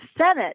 Senate